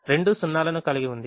రెండు 0 లను కలిగి ఉంది